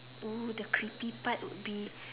!woo! the creepy part would be